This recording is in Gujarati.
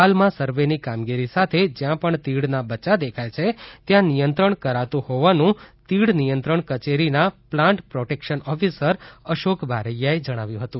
હાલમાં સરવેની કામગીરી સાથે જયાં પણ તીડના બચ્યા દેખાય છે ત્યાં નિયંત્રણ કરાતું હોવાનું તીડ નિયંત્રણ કચેરીના પ્લાન્ટ પ્રોટેકશન ઓફિસર અશોક બારૈયાએ જણાવ્યું હતું